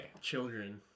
children